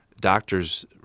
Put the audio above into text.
doctors